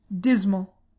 dismal